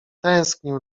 tęsknił